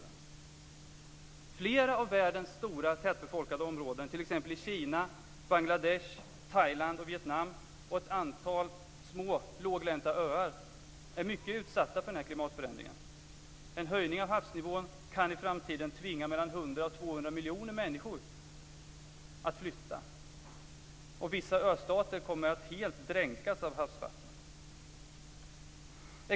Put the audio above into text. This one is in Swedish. Flera av världens stora tätbefolkade områden, t.ex. i Kina, Bangladesh, Thailand, Vietnam och ett antal små låglänta öar, är mycket utsatta för den här klimatförändringen. Vissa östater kommer att helt dränkas av havsvatten.